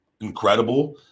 incredible